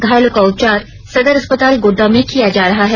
घायलों का उपचार सदर अस्पताल गोड्डा में किया जा रहा है